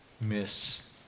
miss